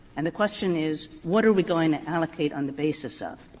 and the question is what are we going to allocate on the basis of?